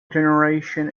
generation